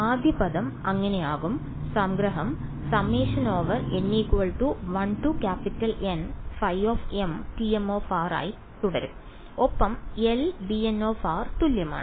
ആദ്യ പദം അങ്ങനെ ആകും സംഗ്രഹം ആയി തുടരും ഒപ്പം Lbn തുല്യമാണ്